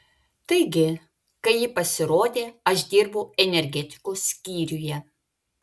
taigi kai ji pasirodė aš dirbau energetikos skyriuje